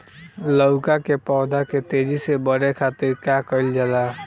लउका के पौधा के तेजी से बढ़े खातीर का कइल जाला?